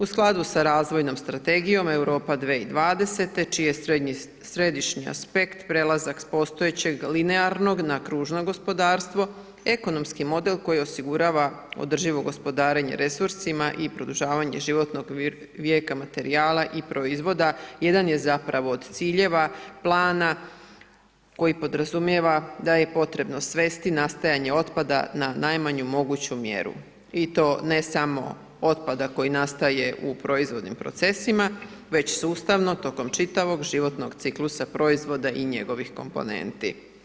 U skladu sa razvojnom strategijom, Europa 2020. čiji je središnji aspekt prelazak s postojećeg linearnog na kružno gospodarstvo, ekonomski model koji osigurava održivo gospodarenje resursima i produžavanje životnog vijeka materijala i proizvoda, jedan je zapravo od ciljeva plana koji podrazumijeva da je potrebno svesti nastajanje otpada na najmanju moguću mjeru i to ne samo otpada koji nastaje u proizvodnim procesima već sustavno tokom čitavog životnog ciklusa proizvoda i njegovih komponenti.